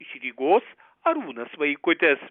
iš rygos arūnas vaikutis